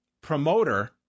promoter